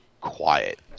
quiet